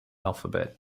alphabet